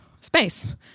space